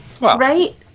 right